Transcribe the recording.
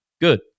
good